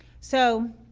so,